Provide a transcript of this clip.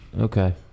Okay